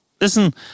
listen